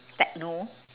techno